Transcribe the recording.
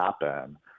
happen